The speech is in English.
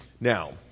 Now